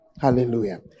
Hallelujah